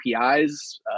apis